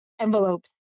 envelopes